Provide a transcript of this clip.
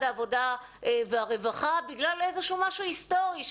העבודה והרווחה בגלל איזה שהוא משהו היסטורי,